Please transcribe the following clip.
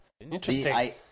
Interesting